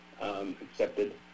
accepted